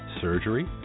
surgery